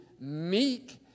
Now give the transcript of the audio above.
meek